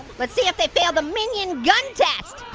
let's see if they fail the minion gun test,